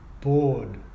bored